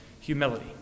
humility